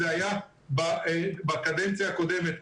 זה היה בקדנציה הקודמת,